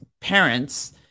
parents